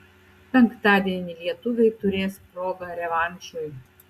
penktadienį lietuviai turės progą revanšui